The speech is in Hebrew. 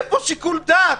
איפה שיקול הדעת?